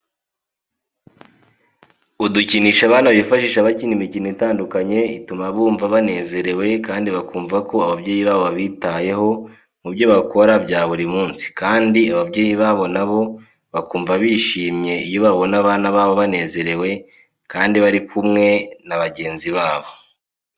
Udukinisho abana bifashisha bakina imikino itandukanye, ituma bumva banezerewe kandi bakumva ko ababyeyi babo babitayeho mubyo bakora bya buri munsi kandi ababyeyi babo nabo bakumva bishimye iyo babona abana babo banezerewe kandi bari kumwe na bagenzi babo.